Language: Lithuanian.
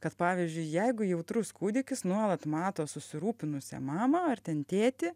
kad pavyzdžiui jeigu jautrus kūdikis nuolat mato susirūpinusią mamą ar ten tėtį